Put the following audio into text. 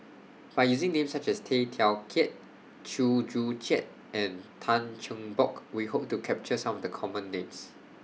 By using Names such as Tay Teow Kiat Chew Joo Chiat and Tan Cheng Bock We Hope to capture Some The Common Names